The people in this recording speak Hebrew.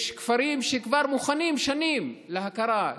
יש כפרים שכבר מוכנים שנים להכרה,